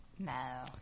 No